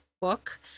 book